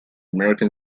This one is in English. american